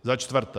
Za čtvrté.